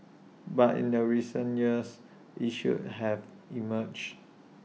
but in the recent years issues have emerged